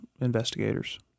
investigators